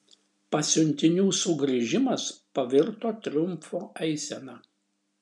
pasiuntinių sugrįžimas pavirto triumfo eisena